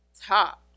Top